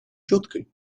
четкой